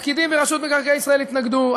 הפקידים ברשות מקרקעי ישראל התנגדו,